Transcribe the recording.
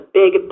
big